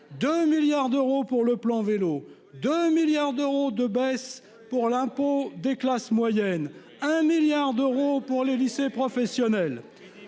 2 milliards d'euros pour le plan vélo de milliards d'euros de baisse pour l'impôt des classes moyennes. Un milliard d'euros pour les lycées professionnels.